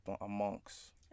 amongst